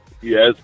yes